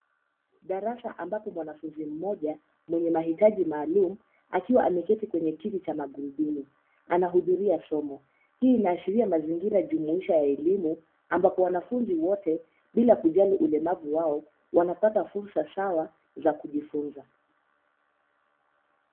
Darasa ambapo mwanafunzi mmoja mwenye mahitaji maalumu akiwa ameketi kwenye kiti cha magurudumu anahudhuria somo. Hii inaashiria mazingira jumuisha ya elimu ambapo wanafunzi wote bila kujali ulemavu wao wanapata fursa sawa za kujifunza.